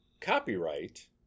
Copyright